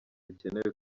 bikenewe